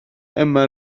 yma